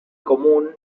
común